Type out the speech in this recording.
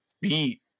beat